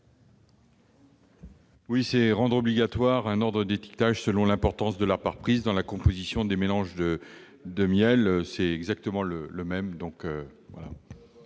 s'agit de rendre obligatoire un ordre d'étiquetage selon l'importance de la part prise dans la composition des mélanges de miels. C'est exactement le même